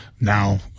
now